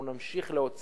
אנחנו נמשיך להוציא